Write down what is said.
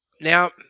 Now